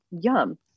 yum